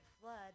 flood